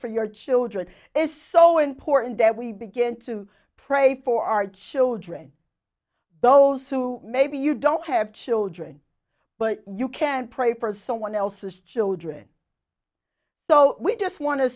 for your children is so important that we begin to pray for our children those who maybe you don't have children but you can't pray for someone else's children so we just want to